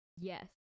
Yes